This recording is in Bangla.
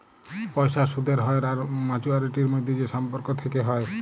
পয়সার সুদের হ্য়র আর মাছুয়ারিটির মধ্যে যে সম্পর্ক থেক্যে হ্যয়